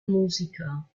musiker